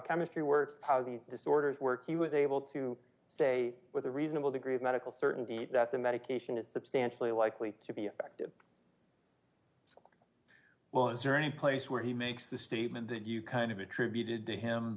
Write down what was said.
chemistry works positive disorders were he was able to say with a reasonable degree of medical certainty that the medication is substantially likely to be effective well in journey place where he makes the statement that you kind of attributed to him